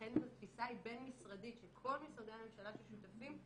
ואכן התפיסה היא בין-משרדית של כל משרדי הממשלה ששותפים.